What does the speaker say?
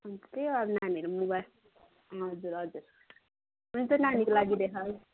त्यही अब नानीहरू मोबाइल हजुर हजुर